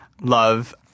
love